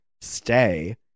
Stay